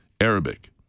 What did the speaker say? Arabic